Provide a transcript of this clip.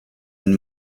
and